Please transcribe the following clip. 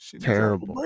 Terrible